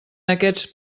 aquests